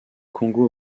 congo